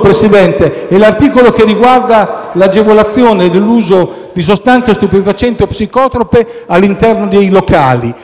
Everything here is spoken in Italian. Presidente, l'articolo riguarda l'agevolazione dell'uso di sostanze stupefacenti o psicotrope all'interno dei locali.